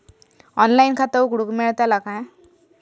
Online खाता उघडूक मेलतला काय?